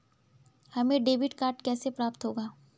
हमें debit card कैसे प्राप्त होगा?